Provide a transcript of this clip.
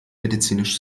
medizinisch